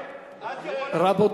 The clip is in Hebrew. רחל,